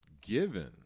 Given